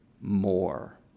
more